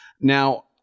now